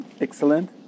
Excellent